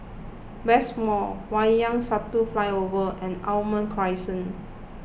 West Mall Wayang Satu Flyover and Almond Crescent